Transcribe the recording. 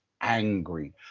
angry